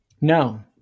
No